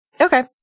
Okay